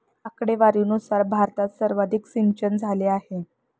आकडेवारीनुसार भारतात सर्वाधिक सिंचनझाले आहे